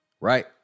Right